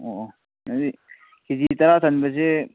ꯑꯣ ꯑꯣ ꯑꯗꯨꯗꯤ ꯀꯦ ꯖꯤ ꯇꯔꯥ ꯆꯟꯕꯁꯦ